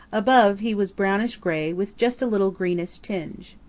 above he was brownish-gray with just a little greenish tinge.